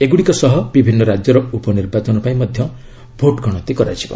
ଏଗୁଡ଼ିକ ସହ ବିଭିନ୍ନ ରାଜ୍ୟର ଉପନିର୍ବାଚନ ପାଇଁ ମଧ୍ୟ ଭୋଟ ଗଣତି ହେବ